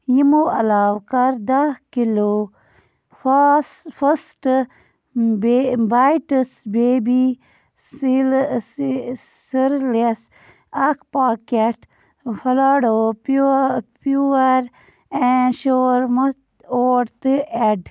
یِمو علاوٕ کَر دَہ کِلوٗ فاس فٔسٹہٕ بایٹٕس بیبی سٔرلز اَکھ پاکٮ۪ٹ پھلاڈو پیٛوٗ پیٛوٗوَر اینٛڈ شورمُتھ اوٹ تہِ ایڈ